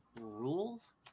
rules